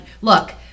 look